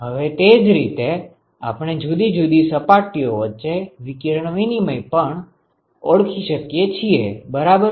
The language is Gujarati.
હવે તેજ રીતે આપણે જુદી જુદી સપાટીઓ વચ્ચે વિકિરણ વિનિમય પણ ઓળખી શકીએ છીએ બરાબર